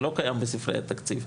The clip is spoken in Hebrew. זה לא קיים בספרי התקציב.